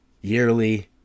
yearly